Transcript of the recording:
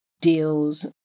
deals